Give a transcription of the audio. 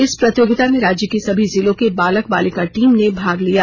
इस प्रतियोगिता में राज्य के सभी जिलों के बालक बालिका टीम ने भाग लिया